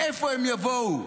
מאיפה הם יבואו,